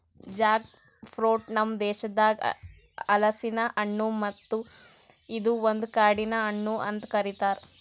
Jack fruit ನಮ್ ದೇಶದಾಗ್ ಹಲಸಿನ ಹಣ್ಣು ಮತ್ತ ಇದು ಒಂದು ಕಾಡಿನ ಹಣ್ಣು ಅಂತ್ ಕರಿತಾರ್